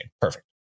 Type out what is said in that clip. perfect